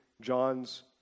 John's